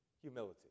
humility